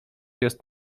jest